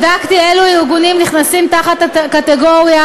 בדקתי אילו ארגונים נכנסים תחת הקטגוריה